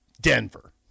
Denver